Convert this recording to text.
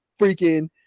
freaking